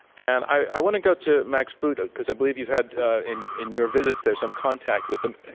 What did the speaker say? and i want to go to max boot, ah because i believe you had ah in in your visit there some contact with them,